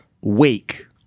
wake